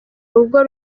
rugo